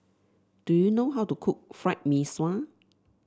do you know how to cook Fried Mee Sua